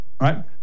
right